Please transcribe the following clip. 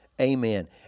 Amen